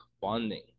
bonding